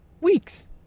Weeks